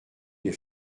des